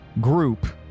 group